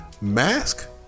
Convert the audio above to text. mask